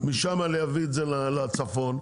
משם להביא את זה לצפון,